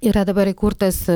yra dabar įkurtas